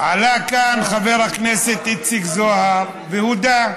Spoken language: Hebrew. עלה כאן חבר הכנסת איציק זוהר והודה: